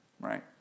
right